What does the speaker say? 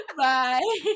bye